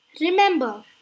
Remember